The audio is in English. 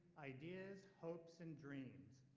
ideas, hopes and dreams.